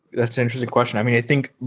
that's an interesting question. i mean, i think,